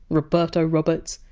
roberto roberts.